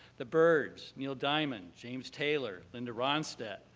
the byrds, neil diamond, james taylor, linda ronstadt,